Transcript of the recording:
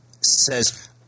says